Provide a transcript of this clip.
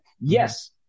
Yes